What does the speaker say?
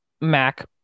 Mac